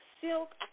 Silk